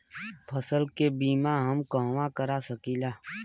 फसल के बिमा हम कहवा करा सकीला?